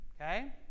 Okay